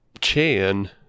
Chan